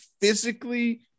physically